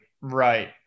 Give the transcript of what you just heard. right